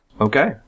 Okay